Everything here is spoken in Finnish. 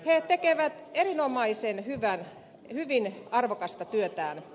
he tekevät eriomaisen hyvin arvokasta työtään